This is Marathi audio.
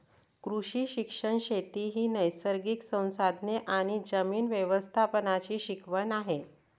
कृषी शिक्षण शेती ही नैसर्गिक संसाधने आणि जमीन व्यवस्थापनाची शिकवण आहे